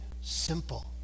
simple